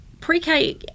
pre-K